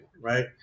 right